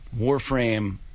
Warframe